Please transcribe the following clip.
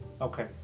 Okay